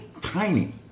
tiny